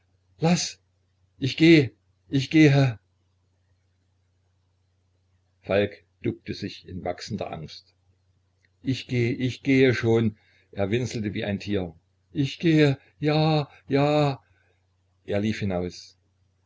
laß ich geh ich gehe falk duckte sich in wachsender angst ich geh ich gehe schon er winselte wie ein tier ich gehe ja ja er lief hinaus